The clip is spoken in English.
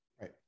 Right